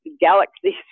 galaxies